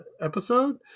episode